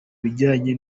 bijyanye